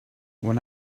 when